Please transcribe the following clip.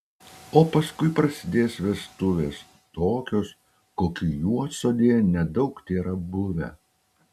o paskui prasidės vestuvės tokios kokių juodsodėje nedaug tėra buvę